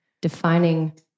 defining